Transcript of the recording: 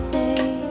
day